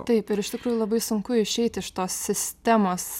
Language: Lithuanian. taip ir iš tikrųjų labai sunku išeiti iš tos sistemos